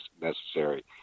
necessary